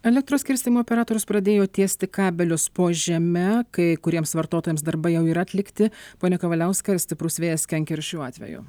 elektros skirstymo operatorius pradėjo tiesti kabelius po žeme kai kuriems vartotojams darbai jau yra atlikti pone kavaliauskai ar stiprus vėjas kenkia ir šiuo atveju